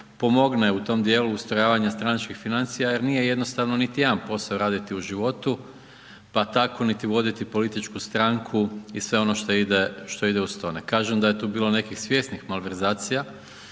pomogne u tom djelu ustrojavanja stranačkih financija jer nije jednostavno niti jedan posao raditi u životu pa tako niti voditi političku stranku i sve ono što ide uz to. Ne kažem da je tu bilo nekih svjesnih malverzacija,